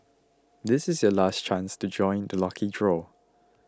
this is your last chance to join the lucky draw